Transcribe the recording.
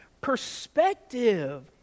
perspective